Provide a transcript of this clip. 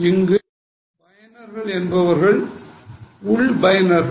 இங்கு பயனர்கள் என்பவர்கள் உள் பயனர்கள்